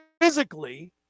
physically